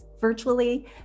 virtually